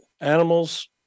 Animals